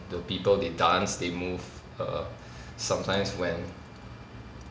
the people they dance they move err sometimes when